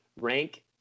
Rank